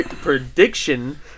prediction